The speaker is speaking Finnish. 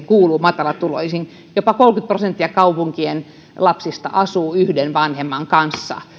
kuuluu matalatuloisiin jopa kolmekymmentä prosenttia kaupunkien lapsista asuu yhden vanhemman kanssa